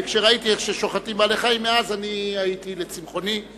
כשראיתי איך שוחטים בעלי-חיים, מאז נהייתי צמחוני.